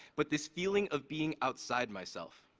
but this feeling of being outside myself.